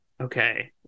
Okay